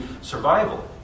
survival